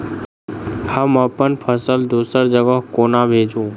हम अप्पन फसल दोसर जगह कोना भेजू?